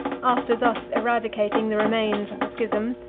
after thus eradicating the remains of the schism,